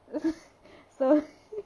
so